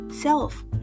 Self